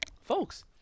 Folks